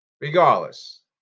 Regardless